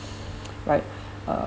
right uh